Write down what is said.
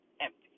empty